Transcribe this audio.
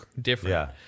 different